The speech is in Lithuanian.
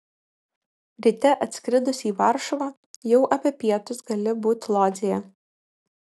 ryte atskridus į varšuvą jau apie pietus gali būti lodzėje